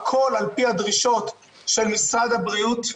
הכול על פי הדרישות של משרד הבריאות,